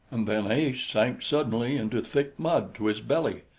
and then ace sank suddenly into thick mud to his belly,